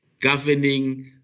governing